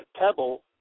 pebble